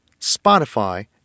Spotify